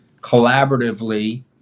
collaboratively